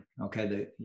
okay